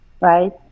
Right